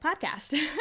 podcast